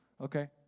Okay